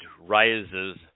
rises